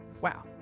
Wow